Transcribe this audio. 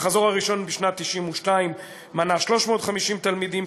המחזור הראשון בשנת 1992 מנה 350 תלמידים,